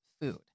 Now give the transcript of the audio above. food